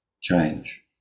change